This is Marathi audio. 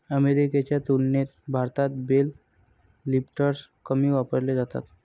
अमेरिकेच्या तुलनेत भारतात बेल लिफ्टर्स कमी वापरले जातात